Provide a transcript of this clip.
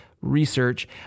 research